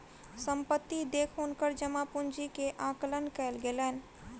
संपत्ति देख हुनकर जमा पूंजी के आकलन कयल गेलैन